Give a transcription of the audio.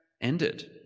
ended